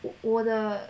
我的